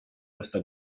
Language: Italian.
questa